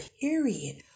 period